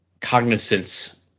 cognizance